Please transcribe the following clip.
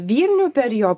vilnių per jo